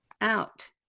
out